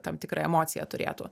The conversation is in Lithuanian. tam tikrą emociją turėtų